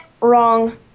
Wrong